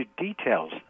details